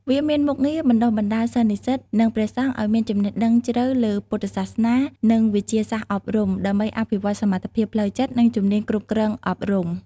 វាមានមុខងារបណ្តុះបណ្តាលសិស្សនិស្សិត និងព្រះសង្ឃឲ្យមានចំណេះដឹងជ្រៅលើពុទ្ធសាសនា និងវិទ្យាសាស្ត្រអប់រំ ដើម្បីអភិវឌ្ឍសមត្ថភាពផ្លូវចិត្ត និងជំនាញគ្រប់គ្រងអប់រំ។